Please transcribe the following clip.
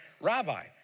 Rabbi